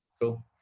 Cool